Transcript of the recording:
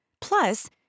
Plus